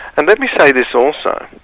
and let me say this also,